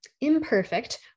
imperfect